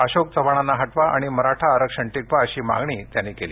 अशोक चव्हाणांना हटवा आणि मराठा आरक्षण टिकवा अशी मागणी त्यांनी केली